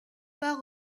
part